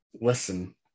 listen